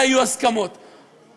הזילות של החקיקה.